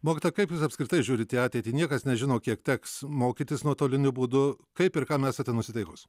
mokytoja kaip jūs apskritai žiūrite į ateitį niekas nežino kiek teks mokytis nuotoliniu būdu kaip ir kam esate nusiteikus